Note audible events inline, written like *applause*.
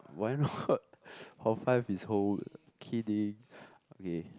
why not *breath* hall five is kidding okay